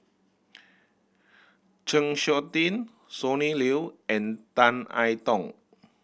Chng Seok Tin Sonny Liew and Tan I Tong